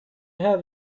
have